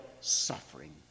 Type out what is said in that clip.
suffering